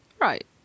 Right